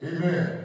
Amen